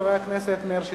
חבר הכנסת מאיר שטרית.